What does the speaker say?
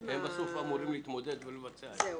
הם בסוף אמורים להתמודד ולבצע את זה.